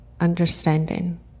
understanding